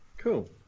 Cool